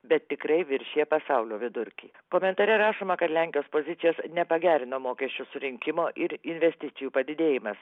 bet tikrai viršija pasaulio vidurkį komentare rašoma kad lenkijos pozicijos nepagerino mokesčių surinkimo ir investicijų padidėjimas